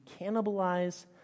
cannibalize